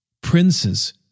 princes